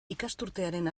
ikasturtearen